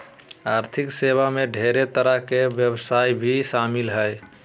आर्थिक सेवा मे ढेर तरह के व्यवसाय भी शामिल हय